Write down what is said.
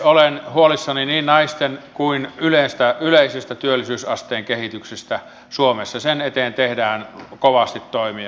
olen huolissani niin naisten kuin yleisestä työllisyysasteen kehityksestä suomessa sen eteen tehdään kovasti toimia